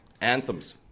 anthems